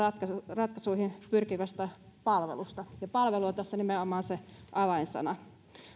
ratkaisuihin pyrkivästä palvelusta ja palvelu on tässä nimenomaan se avainsana